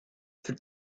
für